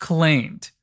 Claimed